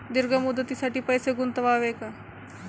दीर्घ मुदतीसाठी पैसे गुंतवावे का?